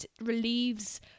relieves